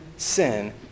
sin